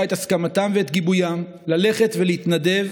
את הסכמתם ואת גיבוים ללכת ולהתנדב